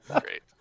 Great